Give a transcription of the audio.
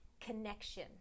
connection